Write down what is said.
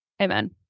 Amen